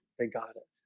they got it